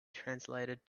translated